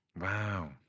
wow